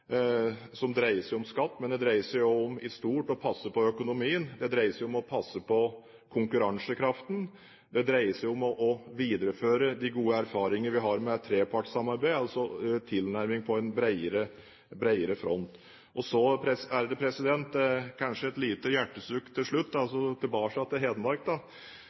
som dreier seg om skatt, men den dreier seg også i stort om å passe på økonomien, den dreier seg om å passe på konkurransekraften, den dreier seg om å videreføre de gode erfaringer vi har med et trepartssamarbeid, altså tilnærming på en bredere front. Så kanskje et lite hjertesukk til slutt – tilbake til Hedmark: